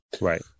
Right